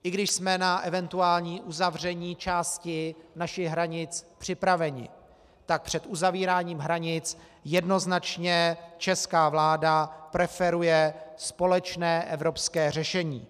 I když jsme na eventuální uzavření části našich hranic připraveni, před uzavíráním hranic jednoznačně česká vláda preferuje společné evropské řešení.